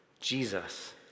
Jesus